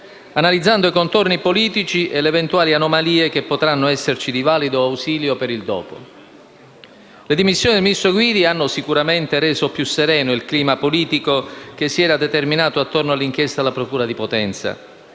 analizzando i contorni politici e le eventuali anomalie che potranno esserci di valido ausilio per il dopo. Le dimissioni del ministro Guidi hanno sicuramente reso più sereno il clima politico che si era determinato attorno all'inchiesta della procura di Potenza,